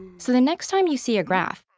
so the next time you see a graph,